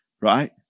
right